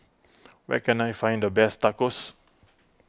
where can I find the best Tacos